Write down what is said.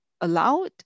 allowed